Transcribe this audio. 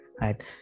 right